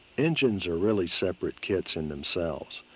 engines are really separate kits in themselves.